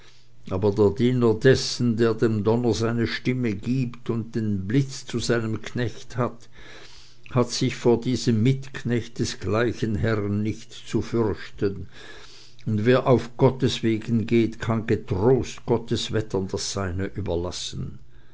aber der diener dessen der dem donner seine stimme gibt und den blitz zu seinem knechte hat hat sich vor diesem mitknecht des gleichen herren nicht zu fürchten und wer auf gottes wegen geht kann getrost gottes wettern das seine überlassen